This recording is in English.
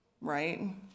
right